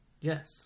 Yes